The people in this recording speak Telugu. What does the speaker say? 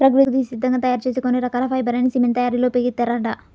ప్రకృతి సిద్ధంగా తయ్యారు చేసే కొన్ని రకాల ఫైబర్ లని సిమెంట్ తయ్యారీలో ఉపయోగిత్తారంట